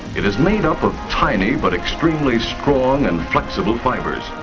it is made up of tiny but extremely strong and flexible fibres,